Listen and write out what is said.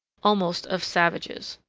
almost of savages.